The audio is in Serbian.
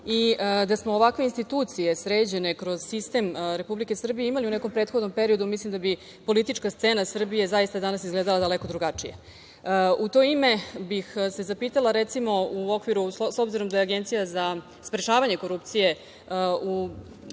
i da smo ovakve institucije sređene kroz sistem Republike Srbije imali u nekom prethodnom periodu mislim da bi politička scena Srbije zaista danas izgledala daleko drugačije. U to ime bih se zapitala, recimo, s obzirom, da je Agencija za sprečavanje korupcije u nekom